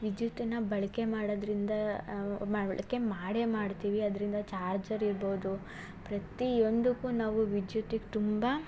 ವಿದ್ಯುತ್ತನ್ನ ಬಳಕೆ ಮಾಡೋದರಿಂದ ಬಳಕೆ ಮಾಡೇ ಮಾಡ್ತೀವಿ ಅದರಿಂದ ಚಾರ್ಜರ್ ಇರ್ಬೋದು ಪ್ರತಿಯೊಂದಕ್ಕೂ ನಾವು ವಿದ್ಯುತ್ತಿಗೆ ತುಂಬ